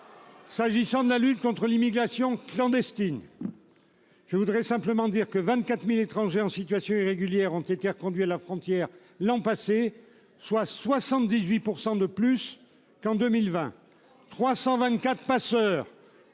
S'agissant de la lutte contre l'immigration clandestine. Je voudrais simplement dire que 24.000 étrangers en situation irrégulière ont été reconduits à la frontière l'an passé, soit 78% de plus qu'en 2020 324. Passeur.